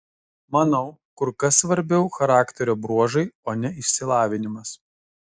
manau kur kas svarbiau charakterio bruožai o ne išsilavinimas